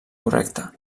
correcte